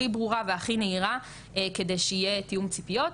הכי ברורה והכי נהירה כדי שיהיה תיאום ציפיות.